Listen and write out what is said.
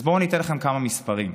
אז בואו ניתן לכם כמה מספרים: